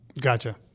Gotcha